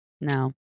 No